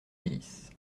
délices